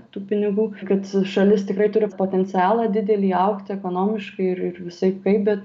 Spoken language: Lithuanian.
tų pinigų kad šalis tikrai turi potencialą didelį augti ekonomiškai ir ir visaip kaip bet